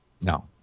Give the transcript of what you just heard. No